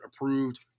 approved